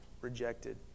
rejected